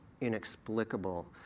inexplicable